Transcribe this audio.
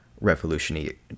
revolutionary